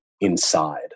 inside